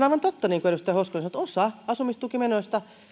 aivan totta niin kuin edustaja hoskonen sanoi että osa asumistukimenoista